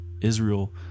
Israel